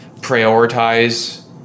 prioritize